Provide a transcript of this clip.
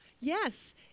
Yes